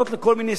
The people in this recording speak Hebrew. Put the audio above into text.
אני אתן לך דוגמה: